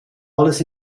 alles